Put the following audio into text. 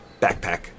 backpack